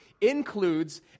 includes